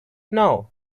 know